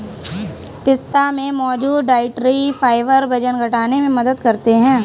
पिस्ता में मौजूद डायट्री फाइबर वजन घटाने में मदद करते है